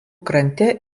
krante